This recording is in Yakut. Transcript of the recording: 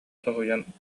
соһуйан